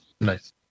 Nice